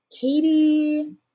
Katie